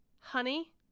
honey